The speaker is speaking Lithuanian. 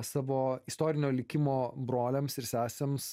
savo istorinio likimo broliams ir sesėms